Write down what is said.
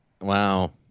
Wow